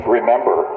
remember